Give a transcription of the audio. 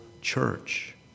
church